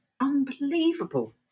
Unbelievable